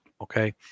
Okay